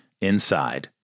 inside